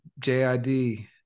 JID